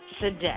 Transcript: today